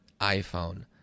iPhone